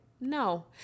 no